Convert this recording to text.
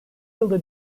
yılda